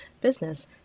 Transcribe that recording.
business